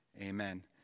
Amen